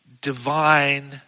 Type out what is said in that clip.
divine